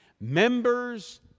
Members